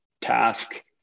task